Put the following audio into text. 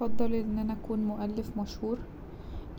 هفضل ان انا اكون مؤلف مشهور